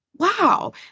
Wow